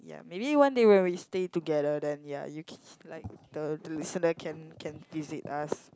ya maybe one day when we stay together then ya you c~ like the listener can can visit us